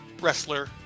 wrestler